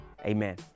amen